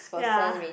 ya